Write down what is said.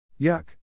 Yuck